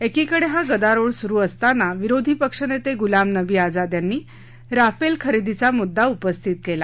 एकीकडे हा गदारोळ सुरु असताना विरोधी पक्षनेते गुलामनबी आझाद यांनी राफेल खरेदीचा मुद्दा उपस्थित केला